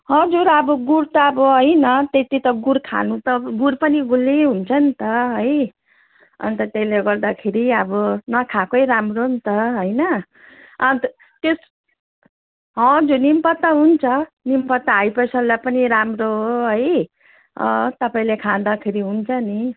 हजुर अब गुड त अब होइन त्यति त गुड खानु त गुड पनि गुलियै हुन्छ नि त है अनि त त्यसले गर्दाखेरि अब नखाएकै राम्रो नि त हैन अनि त त्यस हजुर निमपत्ता हुन्छ निमपत्ता हाई प्रेसरलाई पनि राम्रो हो है अँ तपाईँले खाँदाखेरि हुन्छ नि